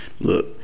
look